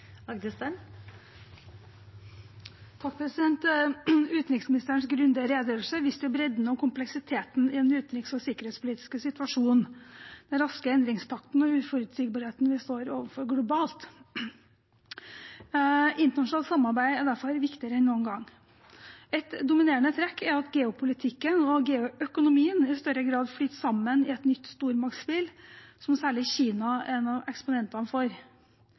kompleksiteten i den utenriks- og sikkerhetspolitiske situasjonen, med den raske endringstakten og uforutsigbarheten vi står overfor globalt. Internasjonalt samarbeid er derfor viktigere enn noen gang. Et dominerende trekk er at geopolitikken og geoøkonomien i større grad flyter sammen i et nytt stormaktsspill, som særlig Kina er en av eksponentene for.